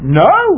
no